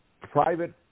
private